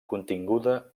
continguda